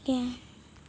ᱜᱮ